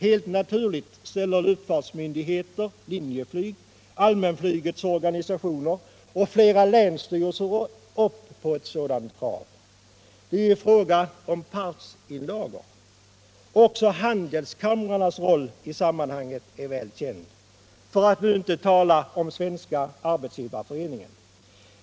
Helt naturligt ställer luftfartsmyndigheterna, Linjeflyg, allmänflygets organisationer och flera länsstyrelser upp på ett sådant krav. Det är ju fråga om partsinlagor. Också handelskamrarnas roll är väl känd, för att nu inte tala om Svenska arbetsgivareföreningen.